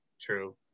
true